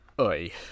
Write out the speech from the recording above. Oi